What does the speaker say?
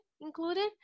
included